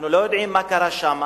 אנחנו לא יודעים מה קרה שם,